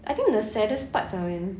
I think the saddest parts are when